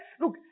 Look